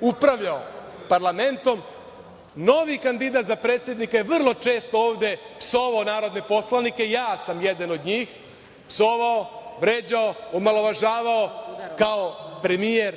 upravljao parlamentom, novi kandidat za predsednika je vrlo često ovde psovao narodne poslanike, ja sam jedan od njih, psovao, vređano, omalovažavao, kao premijer